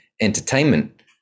entertainment